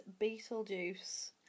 Beetlejuice